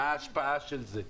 מה ההשפעה של זה?